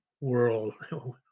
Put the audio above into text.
world